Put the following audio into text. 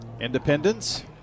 Independence